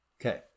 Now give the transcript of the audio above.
Okay